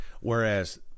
Whereas